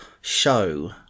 show